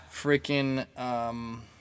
freaking